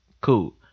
Cool